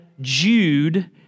Jude